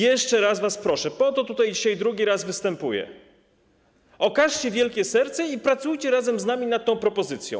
Jeszcze raz was proszę, po to tutaj dzisiaj drugi raz występuję: okażcie wielkie serce i pracujcie razem z nami nad tą propozycją.